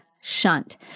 shunt